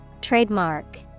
Trademark